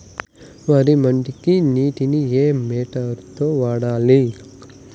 వరి మడికి నీటిని ఏ మోటారు తో వాడాలి?